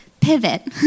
pivot